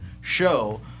show